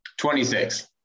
26